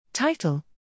Title